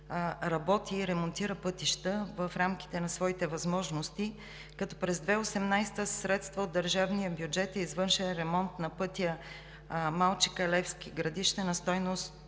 работи и ремонтира пътища в рамките на своите възможности, като през 2018 г. със средства от държавния бюджет е извършен ремонт на пътя Малчика – Левски – Градище на стойност